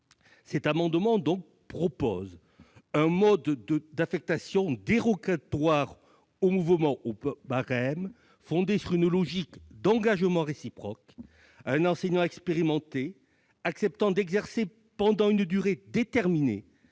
objet d'instituer un mode d'affectation dérogatoire au mouvement au barème, fondé sur une logique d'engagement réciproque : un enseignant expérimenté accepte d'exercer pendant une durée déterminée